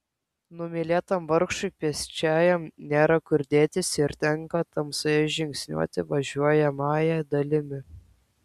numylėtam vargšui pėsčiajam nėra kur dėtis ir tenka tamsoje žingsniuoti važiuojamąja dalimi